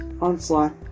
Onslaught